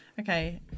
Okay